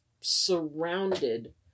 surrounded